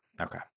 okay